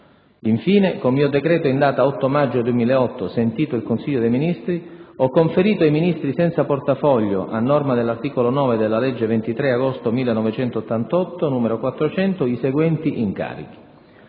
Infine, con mio decreto in data 8 maggio 2008, sentito il Consiglio dei Ministri, ho conferito ai Ministri senza portafoglio, a norma dell'articolo 9 della legge 23 agosto 1988, n. 400, i seguenti incarichi: